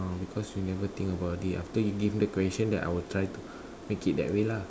ah because you never think about it after you give the question then I will try to make it that way lah